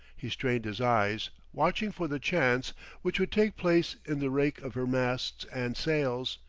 he strained his eyes, watching for the chance which would take place in the rake of her masts and sails,